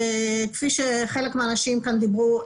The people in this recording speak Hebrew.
כפי שחלק מהאנשים כאן דיברו,